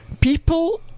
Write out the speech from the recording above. People